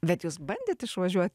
bet jūs bandėt išvažiuot